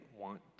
want